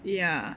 ya